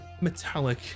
metallic